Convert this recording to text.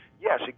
yes